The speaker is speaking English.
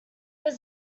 was